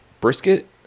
brisket